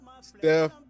Steph